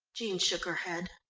jean shook her head.